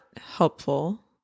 helpful